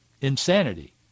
insanity